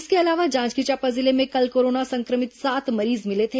इसके अलावा जांजगीर चांपा जिले में कल कोरोना संक्रमित सात मरीज मिले थे